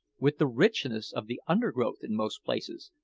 with the richness of the undergrowth in most places,